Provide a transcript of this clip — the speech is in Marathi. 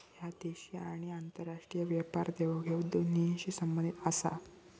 ह्या देशी आणि आंतरराष्ट्रीय व्यापार देवघेव दोन्हींशी संबंधित आसा